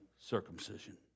circumcision